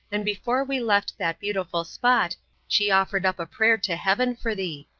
and before we left that beautiful spot she offered up a prayer to heaven for thee.